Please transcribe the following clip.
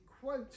quote